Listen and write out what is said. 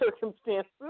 circumstances